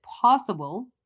possible